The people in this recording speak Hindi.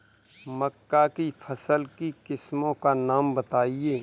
मक्का की फसल की किस्मों का नाम बताइये